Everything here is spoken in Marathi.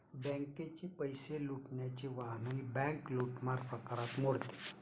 बँकेचे पैसे लुटण्याचे वाहनही बँक लूटमार प्रकारात मोडते